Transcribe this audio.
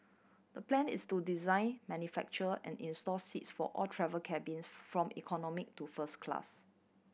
the plan is to design manufacture and install seats for all travel cabins from economy to first class